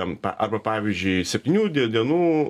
am pa arba pavyzdžiui septynių die dienų